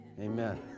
Amen